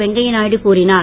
வெங்கைய நாயுடு கூறினார்